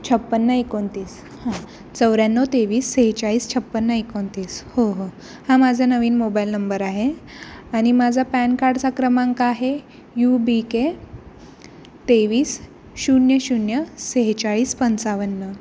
छप्पन्न एकोणतीस हां चौऱ्याण्णव तेवीस सेहेचाळीस छप्पन्न एकोणतीस हो हो हा माझा नवीन मोबाईल नंबर आहे आणि माझा पॅन कार्डचा क्रमांक आहे यू बी के तेवीस शून्य शून्य सेहेचाळीस पंचावन्न